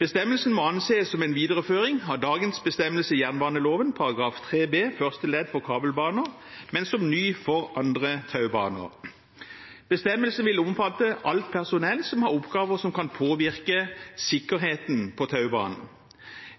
Bestemmelsen må anses som en videreføring av dagens bestemmelse i jernbaneloven § 3b første ledd for kabelbaner, men som ny for andre taubaner. Bestemmelsen vil omfatte alt personell som har oppgaver som kan påvirke sikkerheten på taubanen.